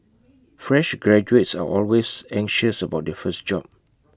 fresh graduates are always anxious about their first job